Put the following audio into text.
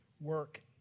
work